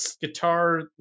guitar